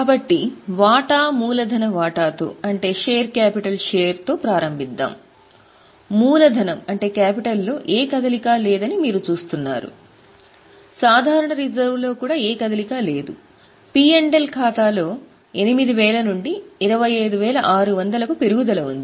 కాబట్టి వాటా మూలధన వాటాతో ఖాతా లో 8000 నుండి 25600 కు పెరుగుదల ఉంది